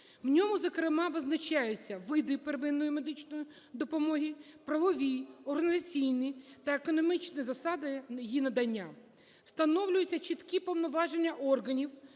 В ньому, зокрема, визначаються види первинної медичної допомоги, правові, організаційні та економічні засади її надання. Встановлюються чіткі повноваження органів